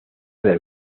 del